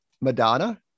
Madonna